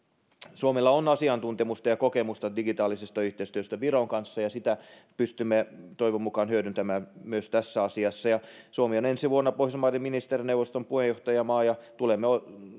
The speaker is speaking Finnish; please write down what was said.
suomella on asiantuntemusta ja kokemusta digitaalisesta yhteistyöstä viron kanssa ja sitä pystymme toivon mukaan hyödyntämään myös tässä asiassa suomi on ensi vuonna pohjoismaiden ministerineuvoston puheenjohtajamaa ja tulemme